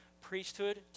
Priesthood